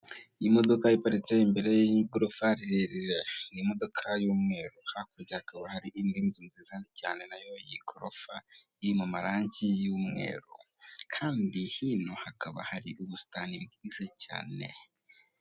Imodoka iparitse imbere y'igorofa rirerire, n'imondoka y'umweru. Hakurya hakaba hari Indi nzu nziza cyane nayo y'igorofa, iri mu maragi y'umweru. Kandi hino hakaba hari ubusitani bwiza cyane.